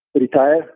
retire